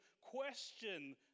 question